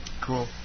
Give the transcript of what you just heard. Cool